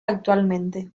actualmente